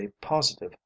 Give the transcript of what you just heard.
positive